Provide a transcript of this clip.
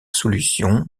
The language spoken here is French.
solution